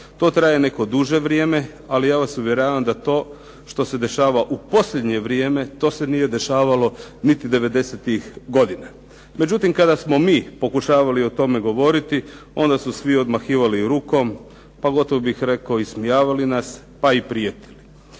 To traje neko duže vrijeme ali ja vas uvjeravam da to što se dešava u posljednje vrijeme to se nije dešavalo niti devedesetih godina. Međutim, kada smo mi pokušavali o tome govoriti onda su svi odmahivali rukom, pa gotovo bih rekao ismijavali nas pa i prijetili.